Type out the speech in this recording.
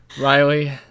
Riley